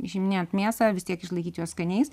išiminėjant mėsą vis tiek išlaikyt juos skaniais